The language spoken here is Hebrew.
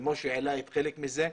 ומשה העלה חלק מזה,